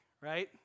Right